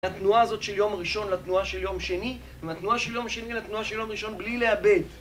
מהתנועה הזאת של יום ראשון לתנועה של יום שני מהתנועה של יום שני לתנועה של יום ראשון בלי לאבד